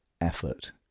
effort